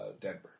Denver